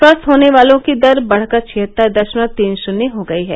स्वस्थ होने वालों की दर बढ़कर छिहत्तर दशमलव तीन शून्य हो गई है